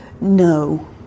No